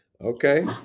Okay